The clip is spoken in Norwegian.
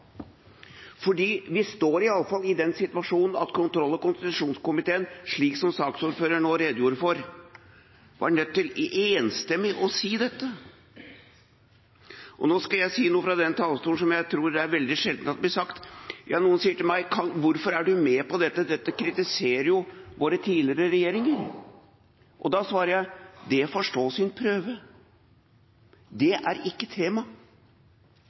Vi står iallfall i den situasjonen at kontroll- og konstitusjonskomiteen, slik som saksordføreren nå redegjorde for, var nødt til enstemmig å si dette. Nå skal jeg si noe fra denne talerstolen som jeg tror er veldig sjelden at blir sagt. Noen sier til meg: Hvorfor er du med på dette, dette kritiserer jo våre tidligere regjeringer? Da svarer jeg: Det får stå sin prøve, det er ikke